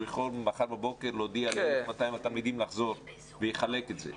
מחר בבוקר להודיע ל-1,200 התלמידים לחזור והוא יחלק את זה.